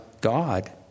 God